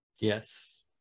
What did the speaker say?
yes